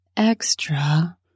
extra